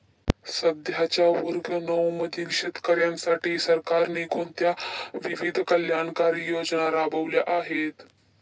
सध्याच्या वर्ग नऊ मधील शेतकऱ्यांसाठी सरकारने कोणत्या विविध कल्याणकारी योजना राबवल्या आहेत?